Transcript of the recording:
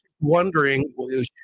wondering